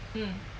mm